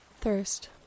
Thirst